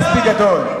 הוא מספיק גדול.